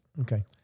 Okay